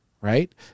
Right